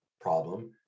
problem